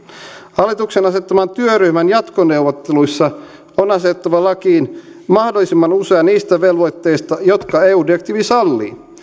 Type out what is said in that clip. hallituksen asettaman työryhmän jatkoneuvotteluissa on asetettava lakiin mahdollisimman usea niistä velvoitteista jotka eu direktiivi sallii